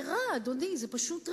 זה רע, אדוני, זה פשוט רע.